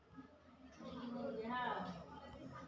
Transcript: डाळिंब पिकासाठी कोणती सिंचन प्रणाली योग्य आहे?